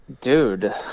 Dude